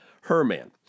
Herman